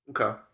Okay